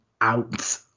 out